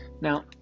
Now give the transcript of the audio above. Now